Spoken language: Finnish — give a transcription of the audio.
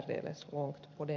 herr talman